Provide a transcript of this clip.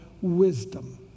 wisdom